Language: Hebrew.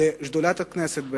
לשדולת הכנסת,